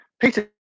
Peter